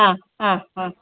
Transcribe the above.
ആ ആ ആ